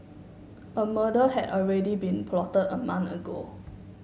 a murder had already been plotted a month ago